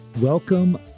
welcome